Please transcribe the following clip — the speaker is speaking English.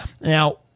now